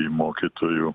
į mokytojų